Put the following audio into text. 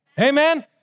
Amen